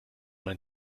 man